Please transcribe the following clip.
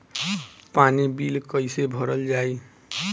पानी बिल कइसे भरल जाई?